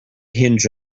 hinge